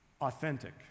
authentic